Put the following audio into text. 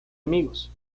amigos